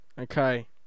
Okay